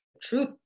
truth